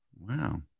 Wow